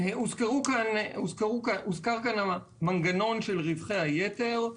הוזכר כאן המנגנון של רווחי היתר.